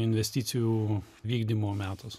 investicijų vykdymo metas